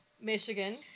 Michigan